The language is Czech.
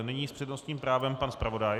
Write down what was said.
Nyní s přednostním právem pan zpravodaj.